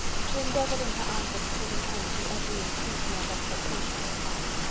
she endeavoured in her answer to put an end to every entreaty and expectation of the kind.